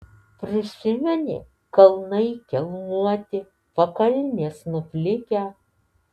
prisimeni kalnai kelmuoti pakalnės nuplikę